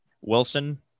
Wilson